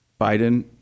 Biden